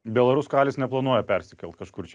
bielarus kailis neplanuoja persikelt kažkur čia